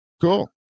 Cool